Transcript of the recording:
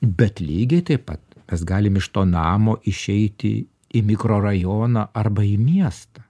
bet lygiai taip pat galim iš to namo išeiti į mikrorajoną arba į miestą